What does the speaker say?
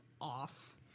off